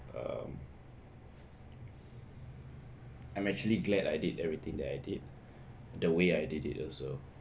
um I'm actually glad I did everything that I did the way I did it also